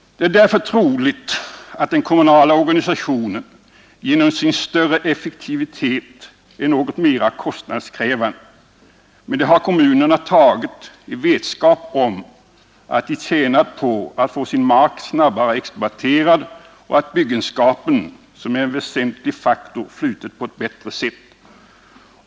Det är därför troligt att den kommunala organisationen genom sin större effektivitet är något mer kostnadskrävande, men det har kommunerna tagit i vetskap om att de tjänat på att få sin mark snabbare exploaterad och att byggenskapen, som är en väsentlig faktor, flutit på ett bättre sätt.